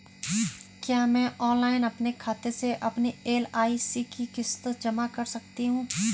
क्या मैं ऑनलाइन अपने खाते से अपनी एल.आई.सी की किश्त जमा कर सकती हूँ?